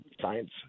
science